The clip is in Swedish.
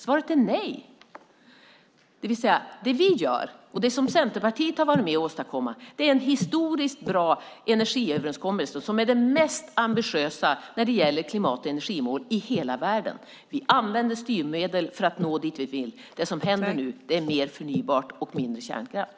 Svaret är nej. Det vi gör och det som Centerpartiet har varit med om att åstadkomma är en historiskt bra energiöverenskommelse som är den mest ambitiösa när det gäller klimat och energimål i hela världen. Vi använder styrmedel för att nå dit vi vill. Det som händer nu är att det blir mer förnybart och mindre kärnkraft.